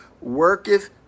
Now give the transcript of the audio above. worketh